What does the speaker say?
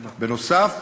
בנוסף,